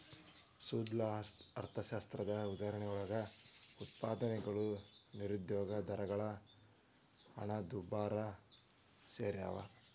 ಸ್ಥೂಲ ಅರ್ಥಶಾಸ್ತ್ರದ ಉದಾಹರಣೆಯೊಳಗ ಉತ್ಪಾದನೆಗಳು ನಿರುದ್ಯೋಗ ದರಗಳು ಹಣದುಬ್ಬರ ಸೆರ್ಯಾವ